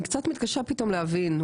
אני קצת מתקשה פתאום להבין,